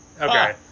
okay